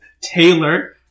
Taylor